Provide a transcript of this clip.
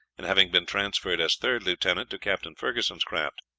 and having been transferred as third lieutenant to captain ferguson's craft.